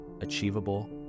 achievable